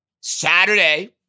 Saturday